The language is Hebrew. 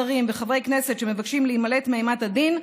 שרים וחברי כנסת שמבקשים להימלט מאימת הדין,